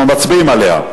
אנחנו מצביעים עליה?